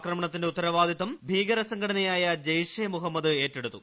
ആക്രമണത്തിന്റെ ഉത്തരവാദിത്തം ഭീകര സംഘടനയായി ഉജ്ജയ്ഷെ മുഹമ്മദ് ഏറ്റെടുത്തു